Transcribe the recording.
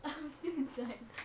I'm still inside